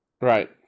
Right